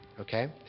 Okay